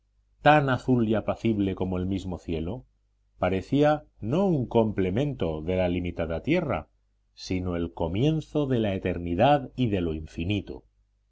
tan azul y apacible como el mismo cielo parecía no un complemento de la limitada tierra sino el comienzo de la eternidad y de lo infinito